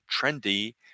trendy